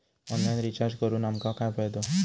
Online recharge करून आमका काय फायदो?